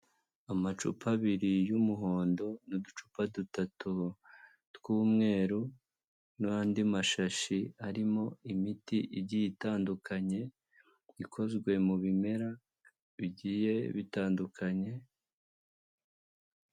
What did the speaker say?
Amacupa abiri y'umuhondo n'uducupa dutatu tw'umweru n'andi mashashi arimo imiti igiye itandukanye, ikozwe mu bimera bigiye bitandukanye.